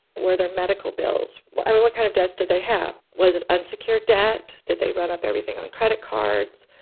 were there medical bills? i mean, what kind of debts did they have? was it unsecured debt? did they run up everything on credit cards?